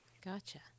Gotcha